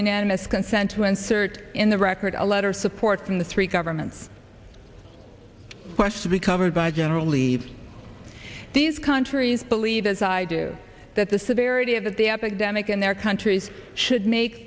unanimous consent to insert in the record a letter supporting the three governments quest to be covered by general leave these countries believe as i do that the severity of the epidemic in their countries should make